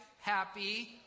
happy